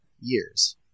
years